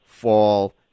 fall